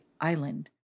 Island